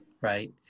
right